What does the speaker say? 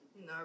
no